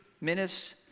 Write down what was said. minutes